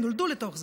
הם נולדו לתוך זה,